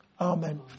Amen